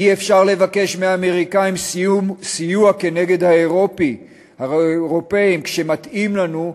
אי-אפשר לבקש מהאמריקנים סיוע כנגד האירופים כשמתאים לנו,